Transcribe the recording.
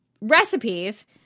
recipes